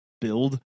build